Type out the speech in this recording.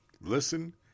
listen